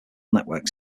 networks